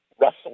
Russell